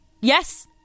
Yes